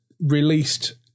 released